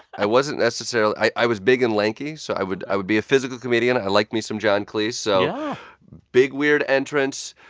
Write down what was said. i wasn't necessarily i was big and lanky, so i would i would be a physical comedian. i like me some john cleese so big, weird entrance,